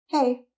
Hey